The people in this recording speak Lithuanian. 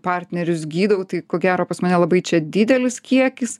partnerius gydau tai ko gero pas mane labai čia didelis kiekis